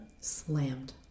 Slammed